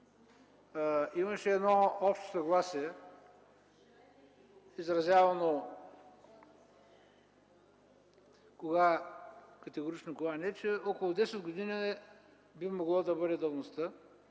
Имаше едно общо съгласие, изразявано кога категорично, кога – не, че около 10 години би могло да бъде давността.